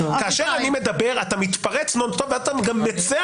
כאשר אני מדבר אתה מתפרץ נון-סטופ ואתה גם מצר,